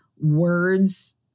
words